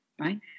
right